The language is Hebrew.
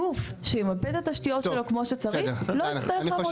גוף שימפה את התשתיות שלו כמו שצריך לא יצטרך לעמוד בזה.